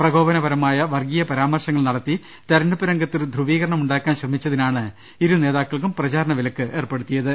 പ്രകോപനപരമായ വർഗീയ പരാ മർശങ്ങൾ നടത്തി തെരഞ്ഞെടുപ്പ് രംഗത്ത് ധ്രുവീകരണം ഉണ്ടാക്കാൻ ശ്രമിച്ചതിനാണ് ഇരു നേതാക്കൾക്കും പ്രചാരണ വിലക്കേർപ്പെടുത്തി യത്